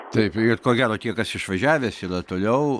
taip ir ko gero tie kas išvažiavęs yra toliau